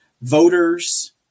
voters